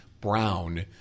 Brown—